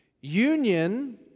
Union